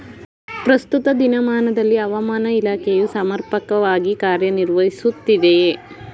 ಪ್ರಸ್ತುತ ದಿನಮಾನದಲ್ಲಿ ಹವಾಮಾನ ಇಲಾಖೆಯು ಸಮರ್ಪಕವಾಗಿ ಕಾರ್ಯ ನಿರ್ವಹಿಸುತ್ತಿದೆಯೇ?